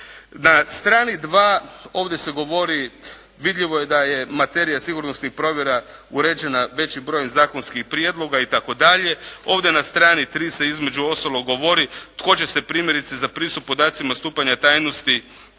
Na strani 2. ovdje se govori, vidljivo je da je materija sigurnosnih provjera uređena većim brojem zakonskih prijedloga itd. Ovdje na strani 3. se između ostalog govori tko će se primjerice za pristup podacima stupanja tajnosti